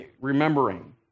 remembering